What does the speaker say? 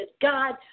God